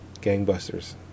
gangbusters